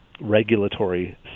regulatory